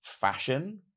fashion